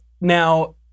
Now